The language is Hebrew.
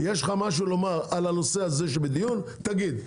אם יש לך משהו לומר על הנושא הזה שבדיון תגיד,